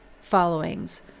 followings